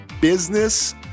Business